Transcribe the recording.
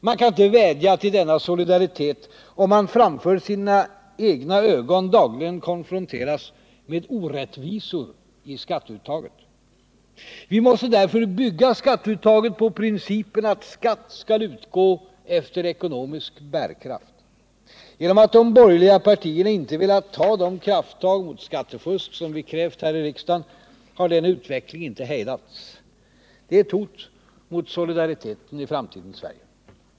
Man kan inte vädja till denna solidaritet om man framför sina egna ögon dagligen konfronteras med orättvisor i skatteuttaget. Vi måste därför bygga skatteuttaget på principen att skatt skall utgå efter ekonomisk bärkraft. Genom att de borgerliga partierna inte velat ta de krafttag mot skattefusk som vi krävt här i riksdagen har denna utveckling inte hejdats. Det är ett hot mot solidariteten i framtidens Sverige.